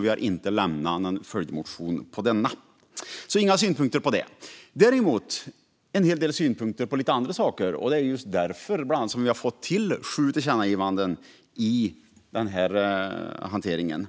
Vi har inte lämnat någon följdmotion om denna och har inga synpunkter på det. Däremot har vi en hel del synpunkter på lite andra saker. Det är bland annat därför som vi har fått till förslag till sju tillkännagivanden i hanteringen